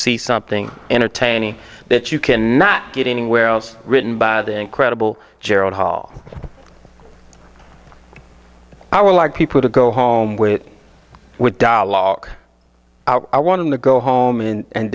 see something entertaining that you can not get anywhere else written by the incredible gerald hall i would like people to go home with it with dialogue i want to go home and